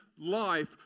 life